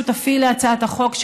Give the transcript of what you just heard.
שותפי להצעת החוק,